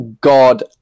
God